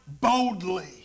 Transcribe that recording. boldly